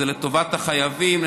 זה לטובת החייבים,